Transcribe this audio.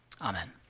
Amen